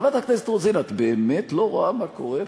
חברת הכנסת רוזין, את באמת לא רואה מה קורה פה?